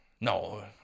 No